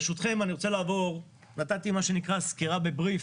ברשותכם, נתתי סקירה בבריף,